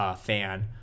fan